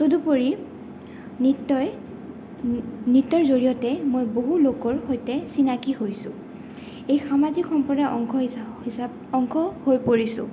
তদুপৰি নৃত্যই নৃত্যৰ জৰিয়তে মই বহু লোকৰ সৈতে চিনাকি হৈছোঁ এই সামাজিক সম্প্ৰদায় অংশ হিচাপ অংশ হৈ পৰিছোঁ